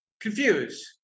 Confused